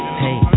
hey